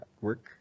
work